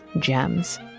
gems